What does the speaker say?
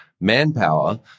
manpower